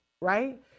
right